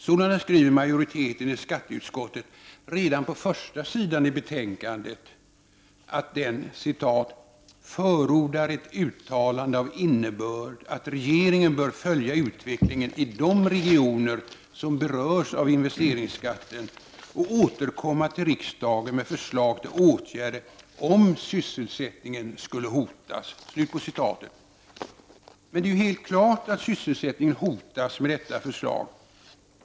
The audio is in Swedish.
Sålunda skriver majoriteten i skatteutskottet redan på första sidan i betänkandet att den ”förordar ett uttalande av innebörd att regeringen noga bör följa utvecklingen i de regioner som berörs av investeringsskatten och återkomma till riksdagen med förslag till åtgärder om sysselsättningen skulle hotas”. Men det är ju helt klart att sysselsättningen hotas med detta förslag.